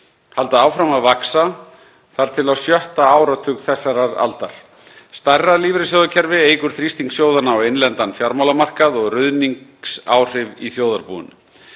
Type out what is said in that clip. halda áfram að vaxa þar til á sjötta áratug þessarar aldar. Stærra lífeyrissjóðakerfi eykur þrýsting sjóðanna á innlendan fjármálamarkað og ruðningsáhrif í þjóðarbúinu.